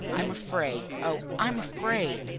i am afraid. oh, i am afraid!